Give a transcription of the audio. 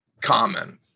common